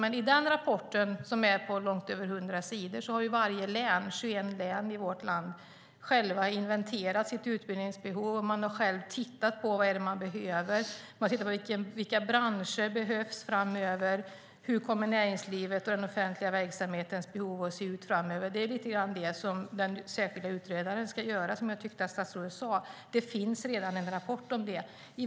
I den rapporten, som är på långt över hundra sidor, har varje län, 21 län, i vårt land själva inventerat sitt utbildningsbehov och tittat på vad de behöver. Vilka branscher behövs framöver? Hur kommer näringslivets och den offentliga verksamhetens behov att se ut framöver? Det är lite grann det som den särskilda utredaren ska göra, som jag tyckte att statsrådet sade. Det finns redan en rapport om det.